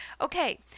okay